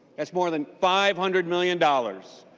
that's more than five hundred million dollars.